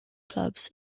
clubs